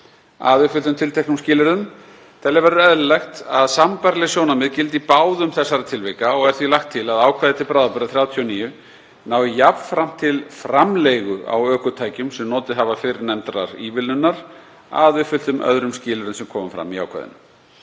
að uppfylltum tilteknum skilyrðum. Telja verður eðlilegt að sambærileg sjónarmið gildi í báðum þessara tilvika og er því lagt til að ákvæði til bráðabirgða XXXIX nái jafnframt til framleigu á ökutækjum, sem notið hafa fyrrnefndrar ívilnunar, að uppfylltum öðrum skilyrðum sem koma fram í ákvæðinu.